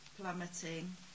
plummeting